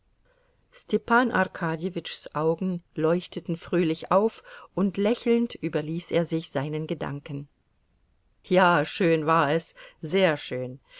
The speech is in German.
arkadjewitschs augen leuchteten fröhlich auf und lächelnd überließ er sich seinen gedanken ja schön war es sehr schön